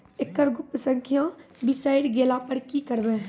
एकरऽ गुप्त संख्या बिसैर गेला पर की करवै?